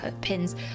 pins